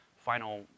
final